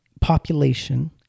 population